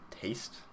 taste